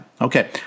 Okay